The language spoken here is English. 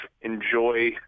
enjoy